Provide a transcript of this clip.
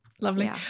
Lovely